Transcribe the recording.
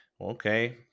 Okay